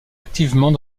activement